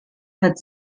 hat